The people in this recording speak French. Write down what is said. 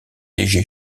léger